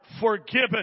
forgiven